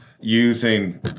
using